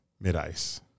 Mid-ice